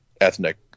ethnic